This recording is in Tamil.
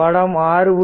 படம் 6